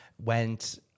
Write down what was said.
went